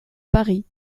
paris